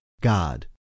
god